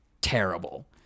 terrible